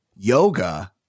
yoga